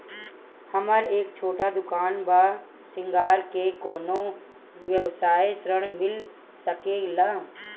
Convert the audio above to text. हमर एक छोटा दुकान बा श्रृंगार के कौनो व्यवसाय ऋण मिल सके ला?